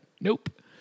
nope